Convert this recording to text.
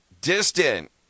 Distant